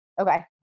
Okay